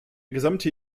gesamte